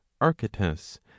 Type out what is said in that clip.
archytas